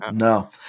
No